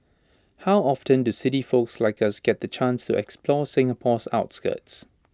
how often do city folks like us get the chance to explore Singapore's outskirts